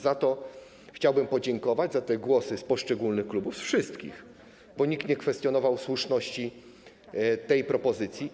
Za to chciałbym podziękować, za te głosy z poszczególnych klubów, z wszystkich, bo nikt nie kwestionował słuszności tej propozycji.